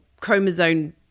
chromosome